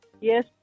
Yes